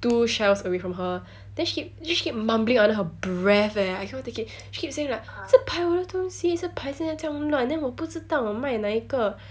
two shelves away from her then she keep then she keep mumbling under her breath eh I cannot take it she keep saying like 是排我的东西是排现在这样乱我不知道我卖哪一个